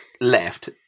left